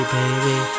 baby